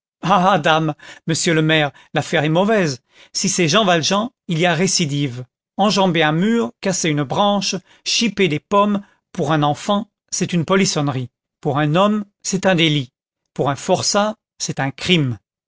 dame monsieur le maire l'affaire est mauvaise si c'est jean valjean il y a récidive enjamber un mur casser une branche chiper des pommes pour un enfant c'est une polissonnerie pour un homme c'est un délit pour un forçat c'est un crime